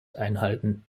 einhalten